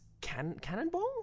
Cannonball